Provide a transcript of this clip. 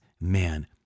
man